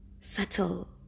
subtle